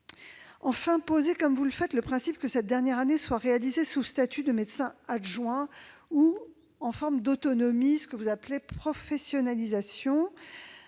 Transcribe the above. Enfin, poser, comme vous le faites, le principe que cette dernière année soit réalisée sous statut de médecin adjoint ou en autonomie- ce que vous appelez professionnalisation